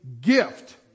gift